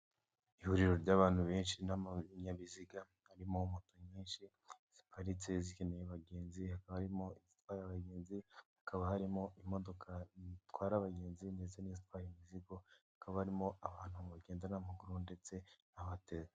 Ihuriro ry'abantu benshi n'ibinyabiziga harimo moto nyinshi ziparitse zikeneyene abagenzi ha harimo izitwara abagenzi hakaba harimo imodoka zitwara abagenzi neza n'izindi zitwara imizigo hakabarimo abantu bagenda n'amaguru ndetse n'abateze.